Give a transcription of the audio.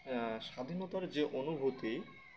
স্বাধীনতার যে অনুভূতি